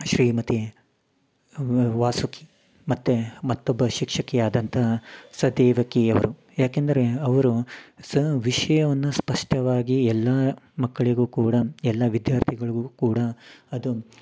ಶ್ರೀಮತಿ ವಾಸುಕಿ ಮತ್ತು ಮತ್ತೊಬ್ಬ ಶಿಕ್ಷಕಿಯಾದಂತಹ ಸ ದೇವಕಿಯವರು ಯಾಕೆಂದರೆ ಅವರು ಸ ವಿಷಯವನ್ನ ಸ್ಪಷ್ಟವಾಗಿ ಎಲ್ಲಾ ಮಕ್ಕಳಿಗು ಕೂಡ ಎಲ್ಲ ವಿಧ್ಯಾರ್ಥಿಗಳ್ಗೂ ಕೂಡ ಅದು